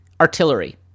artillery